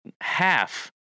half